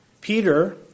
Peter